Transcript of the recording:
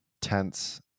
tense